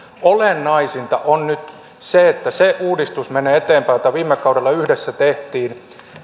olennaisinta on nyt se että se uudistus menee eteenpäin jota viime kaudella yhdessä tehtiin